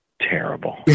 terrible